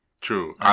True